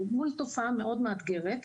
מול תופעה מאוד מאתגרת,